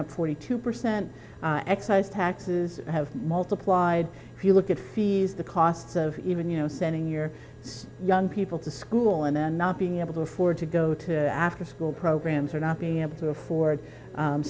up forty two percent excise taxes have multiplied if you look at c s the costs of even you know sending your young people to school and then not being able to afford to go to afterschool programs or not being able to afford